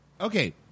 Okay